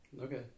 Okay